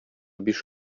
биш